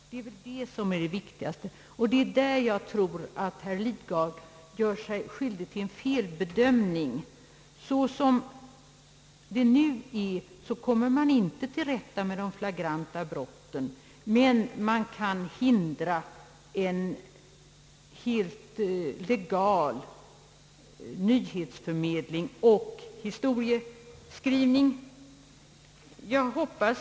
Det är därvidlag som jag tror att herr Lidgard gör sig skyldig till en felbedömning. Såsom det nu är kommer man inte till rätta med de flagranta brotten, men man kan hindra en helt iegal nyhetsförmedling och historieskrivning.